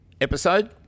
episode